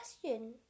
question